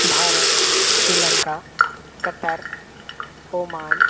Bharat Sri Lanka Qatar Oman